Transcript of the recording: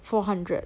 four hundred